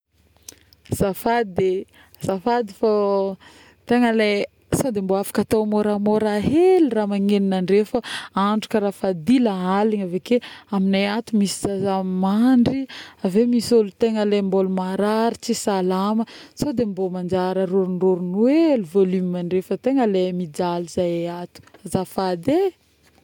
azafady e, zafady ,fô tegna le, sôdy mba afaka atô môramôra hely raha-magnenonandre fô andro kara fa dila aligny, aveke aminay ato misy zaza mandry, aveo misy olo tegna mbola le marary tsy salama, sôdy mba arorondrorogno hely volume ndre fa tegna mijaly zahay ato, azafady e